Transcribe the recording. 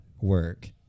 work